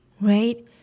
right